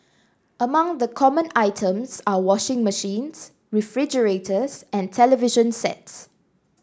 among the common items are washing machines refrigerators and television sets